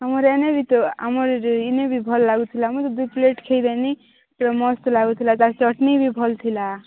ଆମର ଏଇନେ ବି ତ ଆମର ଇନେ ବି ଭଲ ଲାଗୁ ଥିଲା ଆମର ଦୁଇ ପ୍ଲେଟ୍ ଖାଇଲିଣି ପୁରା ମସ୍ତ ଲାଗୁଥିଲା ତା ଚଟଣୀ ବି ଭଲ ଥିଲା